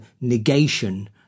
negation